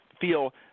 feel